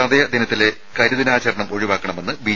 ചതയ ദിനത്തിലെ കരിദിനാചരണം ഒഴിവാക്കണമെന്ന് ബി